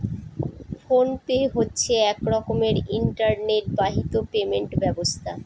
phone pay হচ্ছে এক রকমের ইন্টারনেট বাহিত পেমেন্ট ব্যবস্থা